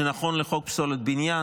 זה נכון לחוק פסולת בניין,